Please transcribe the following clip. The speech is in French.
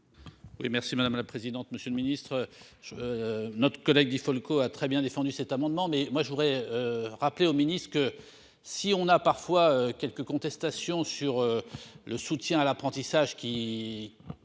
Et merci madame la présidente. Monsieur le Ministre. Notre collègue di Falco a très bien défendu cet amendement mais moi je voudrais. Rappeler au ministre que si on a parfois quelques contestations sur le soutien à l'apprentissage qui.